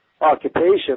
occupation